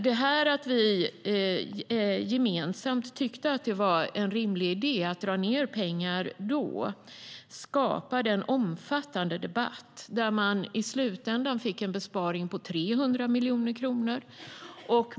Detta att vi gemensamt tyckte att det var en rimlig idé att dra ned anslaget då skapade en omfattande debatt, där Regeringskansliet i slutändan fick en besparing på 300 miljoner kronor.